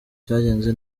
cyagenze